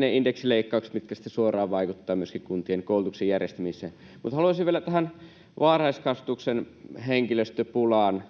ne indeksileikkaukset, mitkä sitten suoraan vaikuttavat myöskin kuntien koulutuksen järjestämiseen. Haluaisin vielä tähän varhaiskasvatuksen henkilöstöpulaan